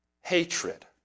hatred